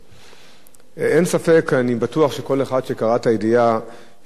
אני בטוח שכל אחד שקרא את הידיעה שהחנות "קיקה",